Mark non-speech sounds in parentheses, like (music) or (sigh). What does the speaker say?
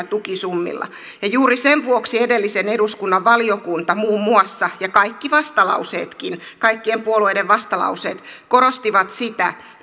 (unintelligible) tukisummilla ja juuri sen vuoksi edellisen eduskunnan valiokunta muun muassa ja kaikki vastalauseetkin kaikkien puolueiden vastalauseet korostivat sitä